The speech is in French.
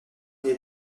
des